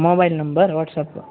mobile number WhatsApp